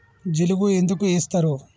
జిలుగు ఎందుకు ఏస్తరు?